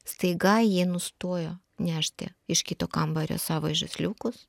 staiga ji nustojo nešti iš kito kambario savo žaisliukus